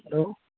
hello